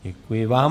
Děkuji vám.